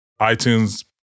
iTunes